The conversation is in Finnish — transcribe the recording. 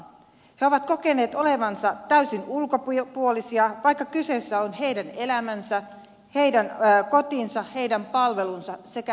he ovat kokeneet olevansa täysin ulkopuolisia vaikka kyseessä on heidän elämänsä heidän kotinsa heidän palvelunsa sekä heidän arkensa